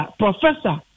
professor